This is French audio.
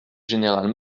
général